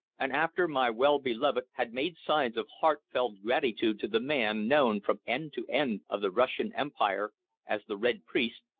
and after my well-beloved had made signs of heartfelt gratitude to the man known from end to end of the russian empire as the red priest,